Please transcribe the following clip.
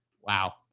wow